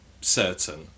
certain